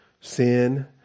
Sin